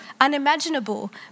unimaginable